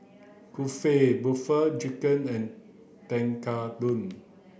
Kulfi Butter Chicken and Tekkadon